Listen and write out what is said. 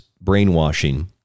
brainwashing